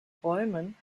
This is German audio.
räumen